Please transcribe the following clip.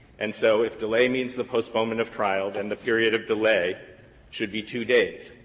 and so if delay means the postponement of trial, then the period of delay should be two days,